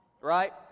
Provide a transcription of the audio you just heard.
Right